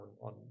on